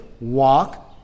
Walk